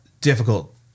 difficult